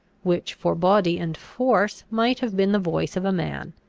which, for body and force, might have been the voice of a man,